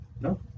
No